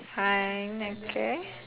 high neck and